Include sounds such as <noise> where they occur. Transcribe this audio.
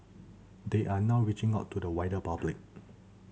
they are now reaching out to the wider public <noise>